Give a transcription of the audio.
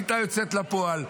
הייתה יוצאת לפועל.